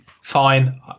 fine